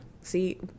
see